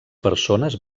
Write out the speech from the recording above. persones